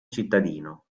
cittadino